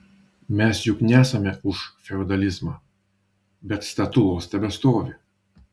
mes juk nesame už feodalizmą bet statulos tebestovi